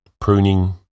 pruning